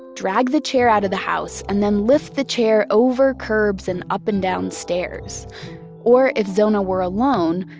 drag the chair out of the house, and then lift the chair over curbs and up and down stairs or, if zona were alone,